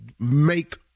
Make